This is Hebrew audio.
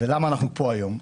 ולמה אנחנו פה היום?